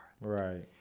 Right